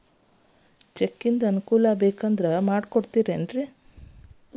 Check facility ಬೇಕಂದ್ರ ಕೊಡ್ತಾರೇನ್ರಿ?